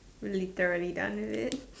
literally done with it